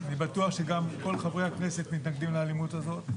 אני בטוח שגם כל חברי הכנסת מתנגדים לאלימות הזאת.